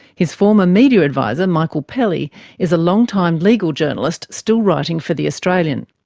his former media advisor, michael pelly is a long time legal journalist, still writing for the australian.